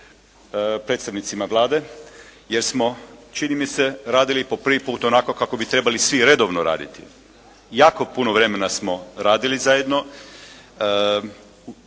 predsjednicima Vlade, jer smo čini mi se radili po prvi put onako kako bi trebali svi redovno raditi. Jako puno vremena smo radili zajedno,